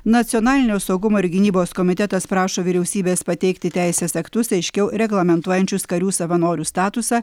nacionalinio saugumo ir gynybos komitetas prašo vyriausybės pateikti teisės aktus aiškiau reglamentuojančius karių savanorių statusą